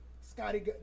Scotty